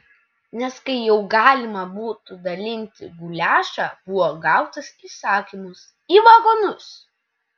nes kai jau galima buvo dalinti guliašą buvo gautas įsakymas į vagonus